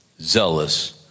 zealous